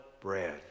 bread